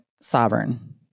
sovereign